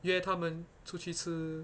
约他们出去吃